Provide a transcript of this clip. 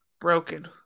Broken